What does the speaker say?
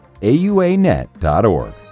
auanet.org